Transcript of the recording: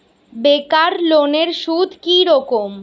বেকার লোনের সুদ কি রকম?